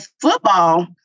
football